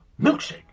milkshake